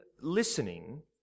listening